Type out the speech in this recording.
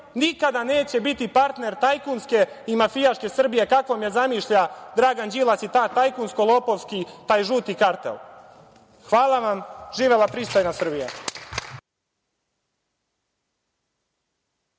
nikada neće biti partner tajkunske i mafijaške Srbije kakvom je zamišlja Dragan Đilas i to tajkunski, lopovski, taj žuti kartel. Živela pristojna Srbija. Hvala.